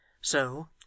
So